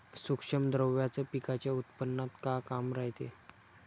सूक्ष्म द्रव्याचं पिकाच्या उत्पन्नात का काम रायते?